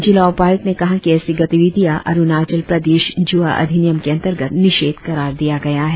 जिला उपायुक्त ने कहा कि ऐसी गतिविधिया अरुणाचल प्रदेश जुआ अधिनियम के अंतर्गत निषेद करार दिया गया है